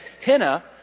henna